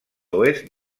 oest